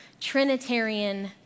Trinitarian